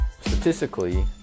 statistically